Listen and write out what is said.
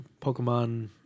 Pokemon